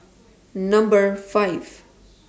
Number five